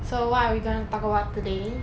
so what are we gonna talk about today